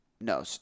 no